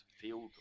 field